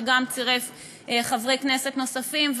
שגם צירף חברי כנסת נוספים.